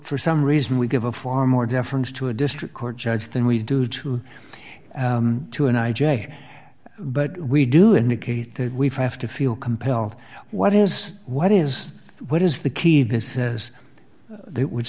for some reason we give a far more deference to a district court judge than we do to to an i j but we do indicate that we have to feel compelled what is what is what is the key this says they would